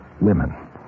women